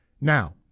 now